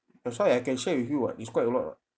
that's why I can share with you [what] is quite a lot [what]